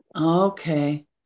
Okay